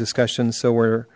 discussion so where